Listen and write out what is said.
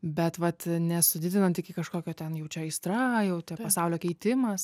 bet vat nesudidinant iki kažkokio ten jau čia aistra jau te pasaulio keitimas